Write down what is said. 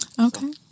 Okay